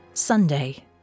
Sunday